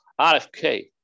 RFK